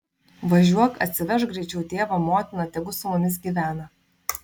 važiuok atsivežk greičiau tėvą motiną tegu su mumis gyvena